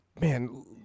Man